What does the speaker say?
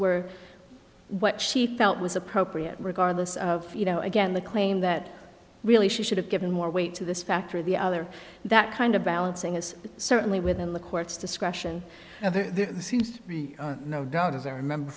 were what she felt was appropriate regardless of you know again the claim that really she should have given more weight to this fact or the other that kind of balancing is certainly within the court's discretion and there seems to be no doubt as i remember